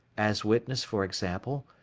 as witness, for example,